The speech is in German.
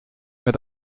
mit